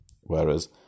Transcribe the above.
whereas